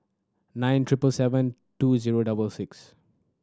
nine triple seven two zero double six